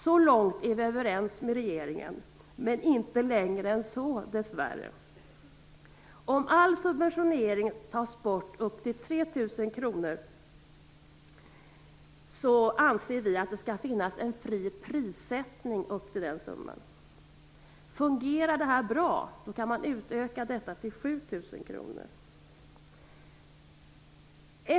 Så långt är vi överens med regeringen, men dessvärre inte längre än så. Om all subventionering tas bort upp till 3 000 kr skall det också vara en fri prissättning upp till den summan. Fungerar detta bra kan beloppet utökas till 7 000 kr.